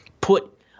put